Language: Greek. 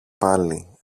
πάλι